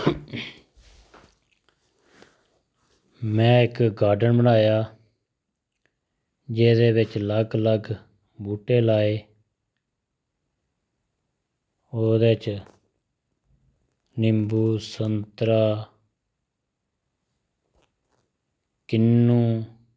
में इक गार्डन बनाया जेह्दे बिच अलग अलग बूह्टे लाये ओह्दे च नींबू संतरा किन्नु